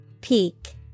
Peak